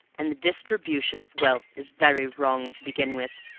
and the distribution of wealth is very wrong to begin with.